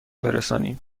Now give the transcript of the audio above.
برسانیم